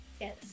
Yes